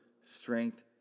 strength